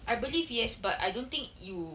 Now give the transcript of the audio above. I believe yes but I don't think you